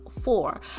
four